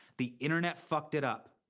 the internet fucked it up.